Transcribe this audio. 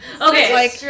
Okay